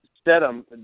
Stedham